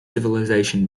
civilization